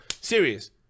Serious